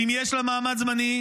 ואם יש לה מעמד זמני,